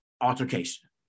altercation